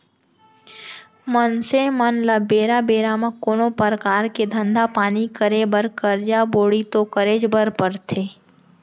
मनसे मन ल बेरा बेरा म कोनो परकार के धंधा पानी करे बर करजा बोड़ी तो करेच बर परथे